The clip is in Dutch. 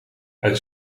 uit